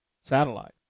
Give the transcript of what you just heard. satellite